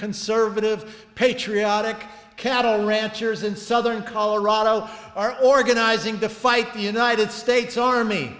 conservative patriotic cattle ranchers in southern colorado are organizing to fight the united states army